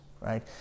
right